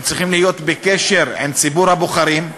הם צריכים להיות בקשר עם ציבור הבוחרים,